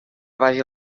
vaja